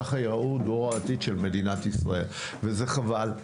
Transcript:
ככה יראה דור העתיד של מדינת ישראל וזה חבל.